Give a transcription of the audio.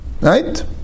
Right